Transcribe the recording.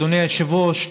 אדוני היושב-ראש,